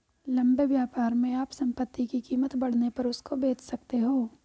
लंबे व्यापार में आप संपत्ति की कीमत बढ़ने पर उसको बेच सकते हो